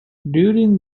during